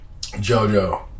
jojo